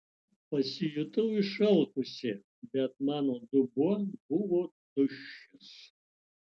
pasijutau išalkusi bet mano dubuo buvo tuščias